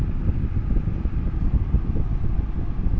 Credit card থেকে আমি কিভাবে নগদ পাব?